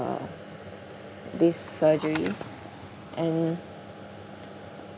uh this surgery and